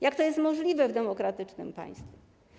Jak to jest możliwe w demokratycznym państwie?